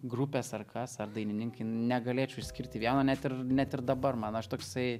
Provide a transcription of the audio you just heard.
grupės ar kas ar dainininkai negalėčiau išskirti vieno net ir net ir dabar man aš toksai